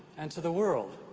and to the world.